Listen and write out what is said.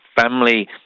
family